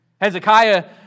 Hezekiah